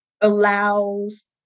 allows